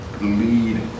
lead